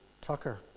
tucker